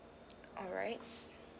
alright